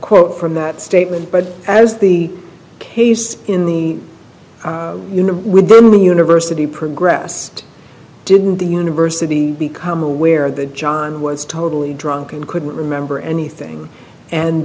quote from that statement but as the case in the with the university progress didn't the university become aware that john was totally drunk and couldn't remember anything and